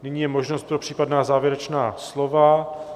Nyní je možnost pro případná závěrečná slova.